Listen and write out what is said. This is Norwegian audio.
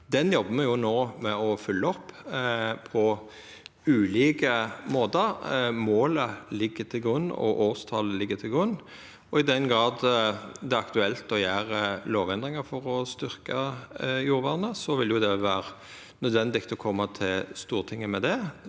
Den jobbar me no med å fylgja opp på ulike måtar. Målet ligg til grunn, og årstalet ligg til grunn. I den grad det er aktuelt å gjera lovendringar for å styrkja jordvernet, vil det vera nødvendig å koma til Stortinget med det,